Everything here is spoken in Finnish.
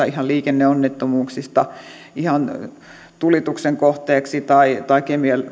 ihan liikenneonnettomuuksia tai johtuneet tienvarsipommeista tai ihan tulituksen kohteeksi joutumisesta tai